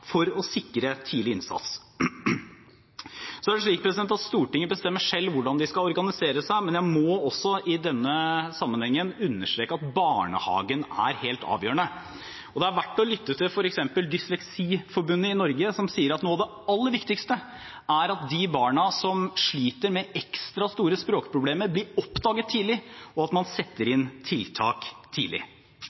for å sikre tidlig innsats. Så er det slik at Stortinget bestemmer selv hvordan de skal organisere seg, men jeg må også i denne sammenhengen understreke at barnehagen er helt avgjørende. Og det er verdt å lytte til f.eks. forbundet Dysleksi Norge, som sier at noe av det aller viktigste er at de barna som sliter med ekstra store språkproblemer, blir oppdaget tidlig, og at man setter inn tiltak tidlig.